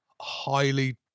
highly